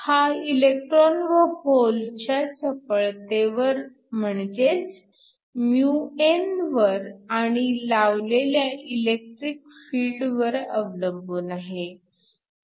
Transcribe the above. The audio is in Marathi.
हा इलेक्ट्रॉन व होतच्या चपळतेवर म्हणजेच μn वर आणि लावलेल्या इलेक्ट्रिक फील्ड वर अवलंबून आहे